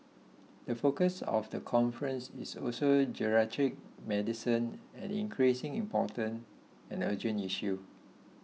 the focus of the conference is also geriatric medicine an increasingly important and urgent issue